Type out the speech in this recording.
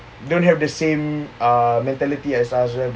don't have the same uh mentality as us